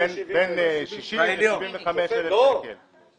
בין 60,000 ל-75,000 שקלים.